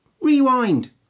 rewind